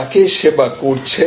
কাকে সেবা করছেন